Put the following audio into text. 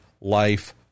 life